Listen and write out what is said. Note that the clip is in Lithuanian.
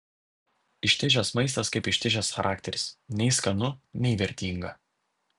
ištižęs maistas kaip ištižęs charakteris nei skanu nei vertinga